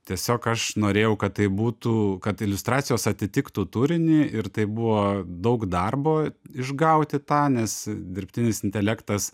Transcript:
tiesiog aš norėjau kad tai būtų kad iliustracijos atitiktų turinį ir tai buvo daug darbo išgauti tą nes dirbtinis intelektas